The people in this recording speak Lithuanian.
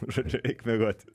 žodžiu eik miegot